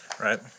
Right